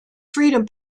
freedom